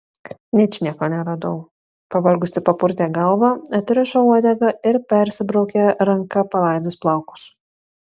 ničnieko neradau pavargusi papurtė galvą atrišo uodegą ir persibraukė ranka palaidus plaukus